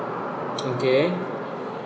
okay